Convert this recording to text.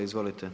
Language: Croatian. Izvolite.